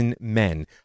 men